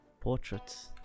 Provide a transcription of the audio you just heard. portraits